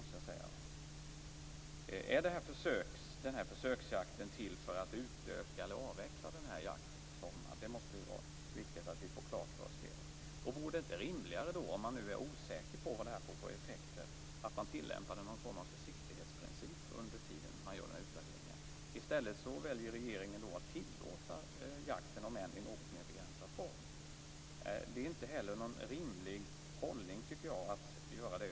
Det är viktigt att vi får klart för oss om försöksjakten är till för att utöka eller att avveckla jakten på sommaren. Om man nu är osäker på vad jakten får för effekter, vore det då inte rimligare att tillämpa någon form av försiktighetsprincip under den tid som utvärderingen pågår? I stället väljer regeringen att tillåta jakten, om än i en något mer begränsad form. Det är inte någon rimlig hållning att göra det.